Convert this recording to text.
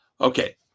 Okay